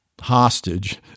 hostage